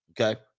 okay